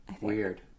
Weird